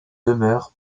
demeurent